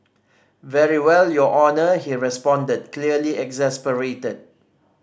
very well your Honour he responded clearly exasperated